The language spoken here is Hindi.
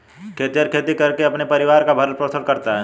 खेतिहर खेती करके अपने परिवार का भरण पोषण करता है